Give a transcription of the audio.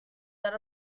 that